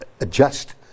adjust